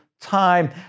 time